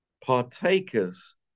Partakers